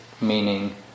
meaning